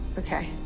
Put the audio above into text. ok?